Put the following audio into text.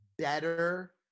Better